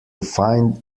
find